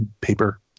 paper